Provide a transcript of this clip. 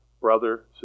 brother